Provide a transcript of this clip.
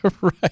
right